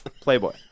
Playboy